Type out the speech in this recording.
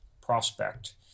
prospect